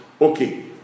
okay